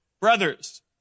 Brothers